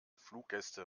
fluggäste